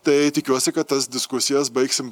tai tikiuosi kad tas diskusijas baigsim